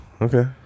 okay